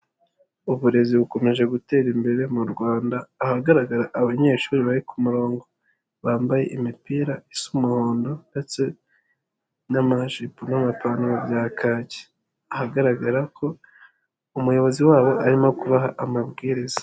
Uburezi bukomeje gutera imbere mu Rwanda, ahagaragara abanyeshuri bari ku murongo bambaye imipira isa umuhondo ndetse n'amashipo n'amapantaro bya kaki. Ahagaragara ko umuyobozi wabo arimo kubaha amabwiriza.